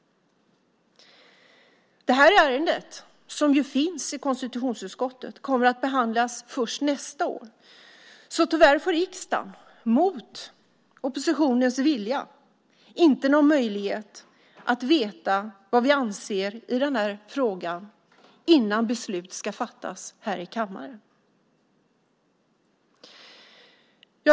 Detta ärende, som finns i konstitutionsutskottet, kommer att behandlas först nästa år. Tyvärr får riksdagen mot oppositionens vilja inte någon möjlighet att veta vad vi anser i frågan innan beslut ska fattas här i kammaren.